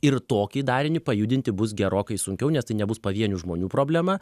ir tokį darinį pajudinti bus gerokai sunkiau nes tai nebus pavienių žmonių problema